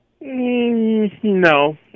No